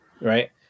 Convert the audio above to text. Right